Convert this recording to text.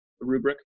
rubric